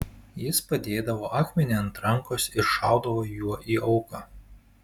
jis padėdavo akmenį ant rankos ir šaudavo juo į auką